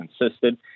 insisted